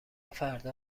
فردا